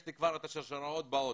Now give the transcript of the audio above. יש לי כבר את השרשראות באוטו,